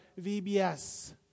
VBS